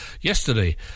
Yesterday